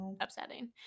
upsetting